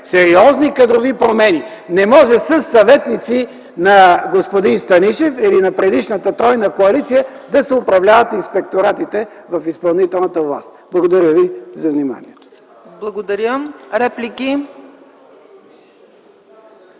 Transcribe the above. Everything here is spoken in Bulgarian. сериозни кадрови промени. Не може със съветници на господин Станишев или на предишната тройна коалиция да се управляват инспекторатите в изпълнителната власт. Благодаря ви за вниманието. ПРЕДСЕДАТЕЛ